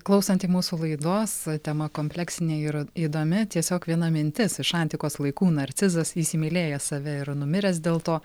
klausanti mūsų laidos tema kompleksinė ir įdomi tiesiog viena mintis iš antikos laikų narcizas įsimylėjęs save ir numiręs dėl to